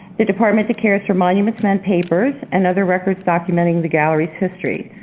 the department that cares for monuments men papers and other records documenting the gallery's history.